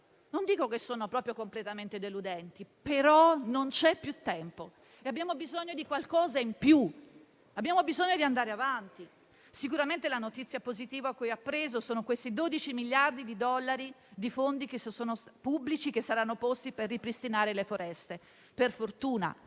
Non dico che sono proprio completamente deludenti, però non c'è più tempo. Abbiamo bisogno di qualcosa in più, abbiamo bisogno di andare avanti. Sicuramente la notizia positiva che ho appreso sono questi 12 miliardi di dollari di fondi pubblici che saranno stanziati per ripristinare le foreste (per fortuna).